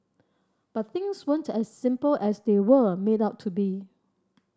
but things weren't as simple as they were made out to be